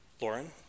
Lauren